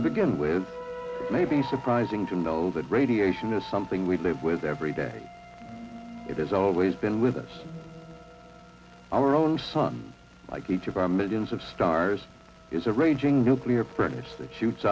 to begin with maybe surprising to know that radiation is something we live with every day it has always been with us our own sun like each of our millions of stars is a raging nuclear practice that shoots